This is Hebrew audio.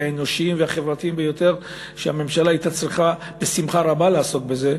האנושיים והחברתיים ביותר שהממשלה הייתה צריכה בשמחה רבה לעסוק בזה.